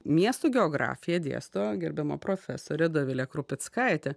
miestų geografiją dėsto gerbiama profesorė dovilė krupickaitė